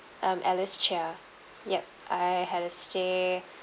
um alice cheah yup I had a stay